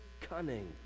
cunning